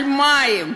במים?